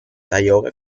tioga